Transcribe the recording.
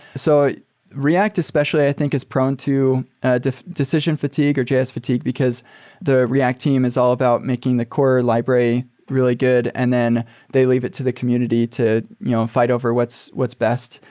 so react especially i think is prone to ah to decision fatigue or js fatigue because the react team is all about making the core library really good and then they leave it to the community to you know and fight over what's what's best.